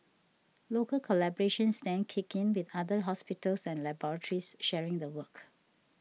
local collaborations then kicked in with other hospitals and laboratories sharing the work